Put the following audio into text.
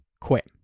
quit